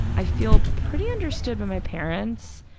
i feel pretty understood by my parents.